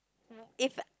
if